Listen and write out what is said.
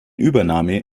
übernahme